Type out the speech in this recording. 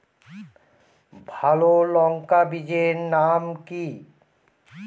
ভালো লঙ্কা বীজের নাম কি?